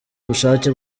ubushake